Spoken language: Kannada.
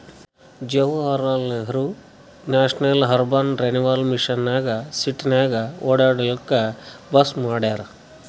Jawaharlal Nehru national urban renewal mission ನಾಗ್ ಸಿಟಿನಾಗ್ ಒಡ್ಯಾಡ್ಲೂಕ್ ಬಸ್ ಮಾಡ್ಯಾರ್